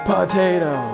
Potato